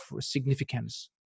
significance